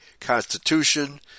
constitution